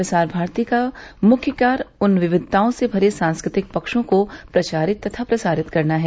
प्रसार भारती का मुख्य कार्य उन विविधताओं से भरे सांस्कृतिक पक्षों को प्रचारित तथा प्रसारित करना है